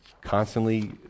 Constantly